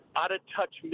out-of-touch